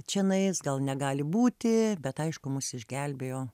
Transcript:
čianais gal negali būti bet aišku mus išgelbėjo